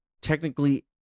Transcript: technically